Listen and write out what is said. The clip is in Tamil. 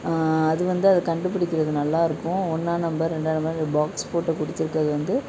அது வந்து அதை கண்டுபிடிக்கிறது நல்லாயிருக்கும் ஒன்னாம் நம்பர் ரெண்டாம் நம்பர்னு பாக்ஸ் போட்டு கொடுத்துருக்கறது வந்து